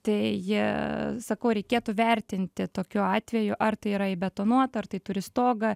tai jie sakau reikėtų vertinti tokiu atveju ar tai yra įbetonuota ar tai turi stogą